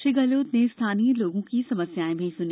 श्री गेहलोत ने स्थानीय लोगों की समस्याओं भी स्नी